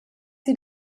sie